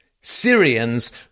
Syrians